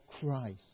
Christ